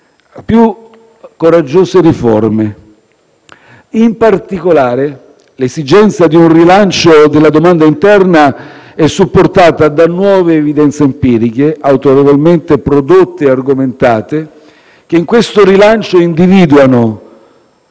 più coraggiose riforme. In particolare, l'esigenza di un rilancio della domanda interna è supportata da nuove evidenze empiriche, autorevolmente prodotte e argomentate, che in questo rilancio individuano